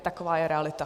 Taková je realita.